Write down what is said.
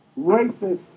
racist